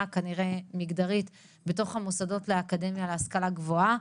כנראה מגדרית בתוך המוסדות לאקדמיות להשכלה גבוהה,